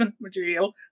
material